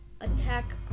Attack